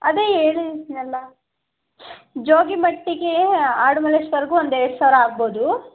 ಅದೇ ಹೇಳಿದ್ನಲ್ಲ ಜೋಗಿಮಟ್ಟಿಗೆ ಆಡುಮಲ್ಲೇಶ್ವರ್ಕು ಒಂದು ಎರಡು ಸಾವಿರ ಆಗ್ಬೋದು